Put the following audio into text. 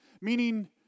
Meaning